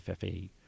FFE